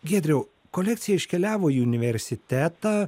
giedriau kolekcija iškeliavo į universitetą